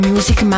Music